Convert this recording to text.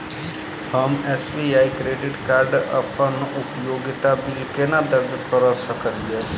हम SBI credit card मे अप्पन उपयोगिता बिल केना दर्ज करऽ सकलिये?